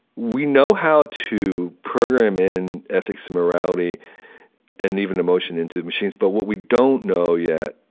we know how to program in ethics and morality and even emotion into machines, but what we don't know, yet,